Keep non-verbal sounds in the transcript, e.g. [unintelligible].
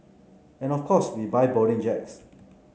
and of course we buy Boeing [unintelligible]